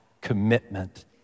commitment